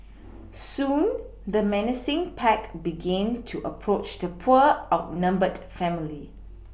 soon the menacing pack began to approach the poor outnumbered family